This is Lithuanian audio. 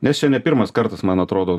nes čia ne pirmas kartas man atrodo